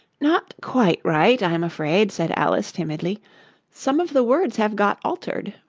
not quite right, i'm afraid said alice, timidly some of the words have got altered